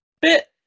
bit